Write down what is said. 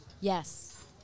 Yes